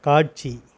காட்சி